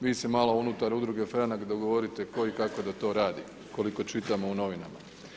Vi se malo unutar udruge Franak dogovorite tko i kako da to radi, koliko čitamo u novinama.